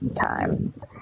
time